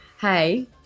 Hey